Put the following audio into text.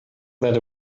that